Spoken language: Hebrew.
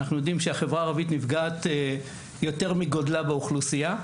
אנחנו יודעים שהחברה הערבית נפגעת יותר מגודלה באוכלוסייה,